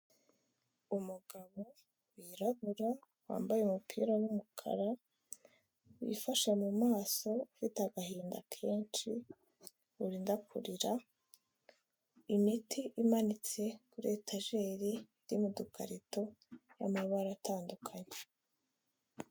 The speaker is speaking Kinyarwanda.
Umugabo wirabura wambaye umupira w'umukara wifashe mu maso ufite agahinda kenshi urinda kurira imiti imanitse kuri etageri iri mu dukarito y'amabara atandukanye.